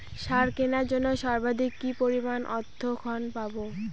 সার কেনার জন্য সর্বাধিক কি পরিমাণ অর্থ ঋণ পাব?